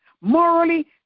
morally